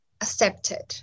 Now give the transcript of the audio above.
accepted